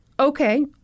Okay